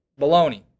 baloney